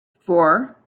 four